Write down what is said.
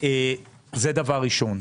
זה דבר ראשון.